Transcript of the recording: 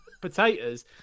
potatoes